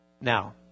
Now